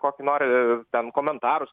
kokį nori ten komentarus